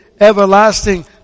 everlasting